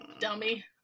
Dummy